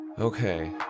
Okay